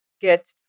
get